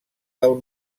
del